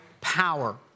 power